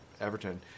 Everton